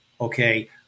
okay